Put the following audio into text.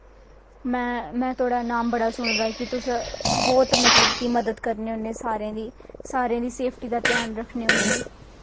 में तोआड़ा नाम बड़ा सुनें दा कि तुस बौह्त मलतव की मदद करनें होनें सारें दी सारें दी सेफ्टी दा ध्यान रक्खनें होनें